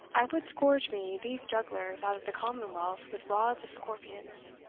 i would scourge me these jugglers out of the commonwealth with rods of scorpions.